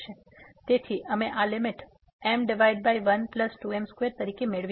તેથી અમે આ લીમીટ m12m2 તરીકે મેળવીશું